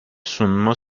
sunma